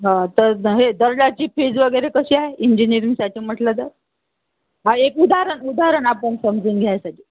हां तर द हे दर्डाची फीज वगैरे कशी आहे इंजिनिअरिंगसाठी म्हटलं तर हा एक उदाहरण उदाहरण आपण समजून घ्यायसाठी